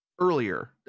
earlier